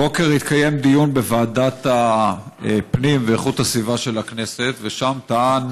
הבוקר התקיים דיון בוועדת הפנים ואיכות הסביבה של הכנסת ושם טען